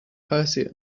percy